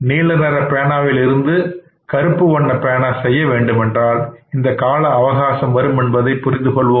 நீலநிறப் பேனாவில் இருந்து கருப்பு வண்ண பேனா செய்ய வேண்டுமென்றால் இந்த கால அவகாசம் வரும் என்பதை புரிந்து கொள்வோமாக